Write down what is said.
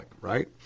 right